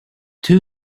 two